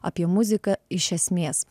apie muziką iš esmės